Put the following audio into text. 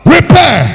Repair